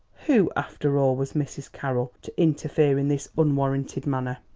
who, after all, was mrs. carroll to interfere in this unwarranted manner?